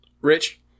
Rich